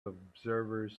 observers